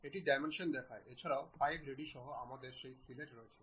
এটি ডাইমেনশন দেখায় এছাড়াও 5 রেডি সহ আমাদের সেই ফিললেট রয়েছে